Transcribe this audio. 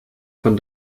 von